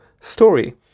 story